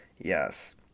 Yes